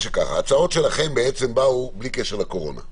שההצעות שלכם באו בלי קשר לקורונה.